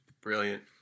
Brilliant